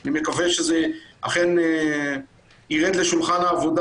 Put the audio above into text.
ואני מקווה שזה אכן ירד לשולחן העבודה.